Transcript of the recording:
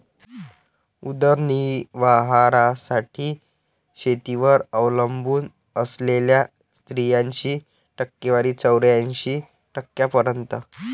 उदरनिर्वाहासाठी शेतीवर अवलंबून असलेल्या स्त्रियांची टक्केवारी चौऱ्याऐंशी टक्क्यांपर्यंत